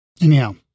anyhow